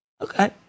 Okay